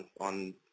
on